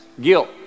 guilt